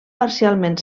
parcialment